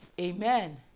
Amen